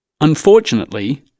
Unfortunately